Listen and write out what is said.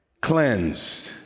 cleansed